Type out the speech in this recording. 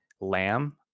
Lamb